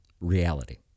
reality